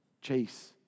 chase